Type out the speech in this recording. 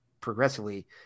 progressively